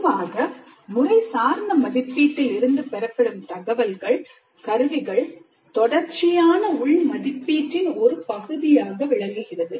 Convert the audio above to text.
பொதுவாக முறைசார்ந்த மதிப்பீட்டில் இருந்து பெறப்படும் தகவல்கள்கருவிகள் தொடர்ச்சியான உள் மதிப்பீட்டின் ஒரு பகுதியாக விளங்குகிறது